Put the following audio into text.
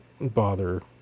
bother